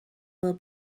will